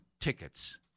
tickets